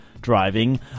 driving